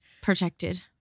protected